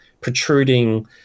protruding